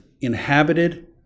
inhabited